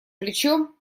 плечо